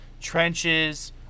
trenches